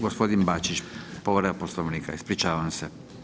Gospodin Bačić, povreda Poslovnika, ispričavam se.